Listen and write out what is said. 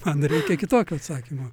man reikia kitokio atsakymo